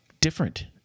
different